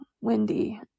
windy